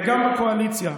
וגם בקואליציה: